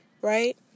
right